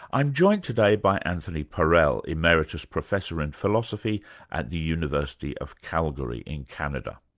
i'm joined today by anthony parel, emeritus professor in philosophy at the university of calgary, in canada.